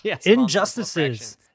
Injustices